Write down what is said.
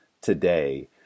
today